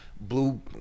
blue –